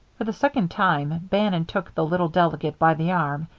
the second time bannon took the little delegate by the arm.